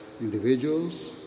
individuals